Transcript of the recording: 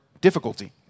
difficulty